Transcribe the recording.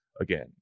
again